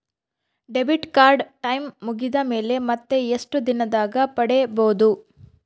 Debit card time ಮುಗಿದ ಮೇಲೆ ಮತ್ತೆ ಎಷ್ಟು ದಿನದಾಗ ಪಡೇಬೋದು?